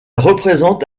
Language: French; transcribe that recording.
représente